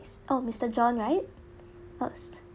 mis~ oh mister john right oh mister